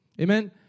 Amen